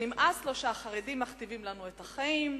שנמאס לו שהחרדים מכתיבים לנו את החיים,